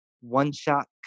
one-shot